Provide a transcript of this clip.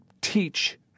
teach